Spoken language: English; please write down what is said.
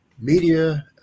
media